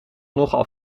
nogal